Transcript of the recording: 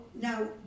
Now